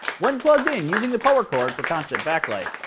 when plugged-in and using the power cord for constant backlight,